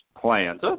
plans